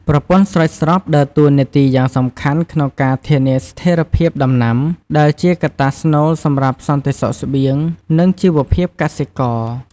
ប្រព័ន្ធស្រោចស្រពដើរតួនាទីយ៉ាងសំខាន់ក្នុងការធានាស្ថេរភាពដំណាំ ដែលជាកត្តាស្នូលសម្រាប់សន្តិសុខស្បៀង និងជីវភាពកសិករ។